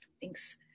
Thanks